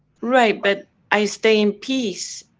right, but i stay in peace.